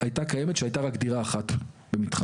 זה היה קיים כשהייתה רק דירה אחת במתחם.